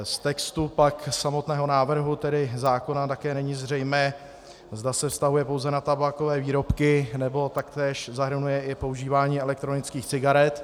Z textu samotného návrhu zákona není také zřejmé, zda se vztahuje pouze na tabákové výrobky, nebo taktéž zahrnuje i používání elektronických cigaret.